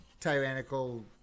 tyrannical